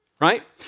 Right